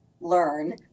learn